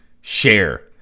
share